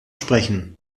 sprechen